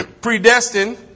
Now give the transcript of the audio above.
predestined